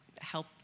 help